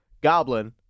Goblin